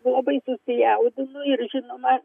labai susijaudinu ir žinoma